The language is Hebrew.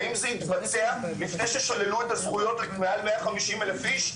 האם זה התבצע לפני ששללו את הזכויות למעל 150 אלף איש?